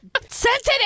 sensitive